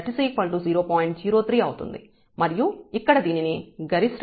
03 అవుతుంది మరియు ఇక్కడ దీనిని గరిష్ట ఎర్రర్ అని వ్రాశాము